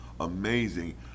amazing